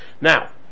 Now